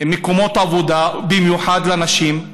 מקומות עבודה, במיוחד לנשים?